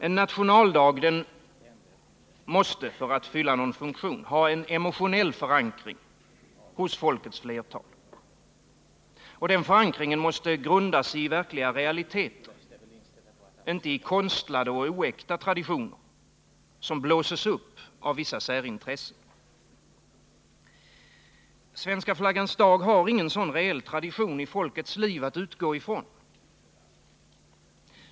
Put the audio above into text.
En nationaldag måste för att fylla någon funktion ha en emotionell förankring hos folkets flertal. Den förankringen måste grundas i realiteter, inte i konstlade, oäkta traditioner, som blåses upp av vissa särintressen. Svenska flaggans dag har ingen sådan reell tradition i folkets liv att utgå från.